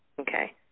Okay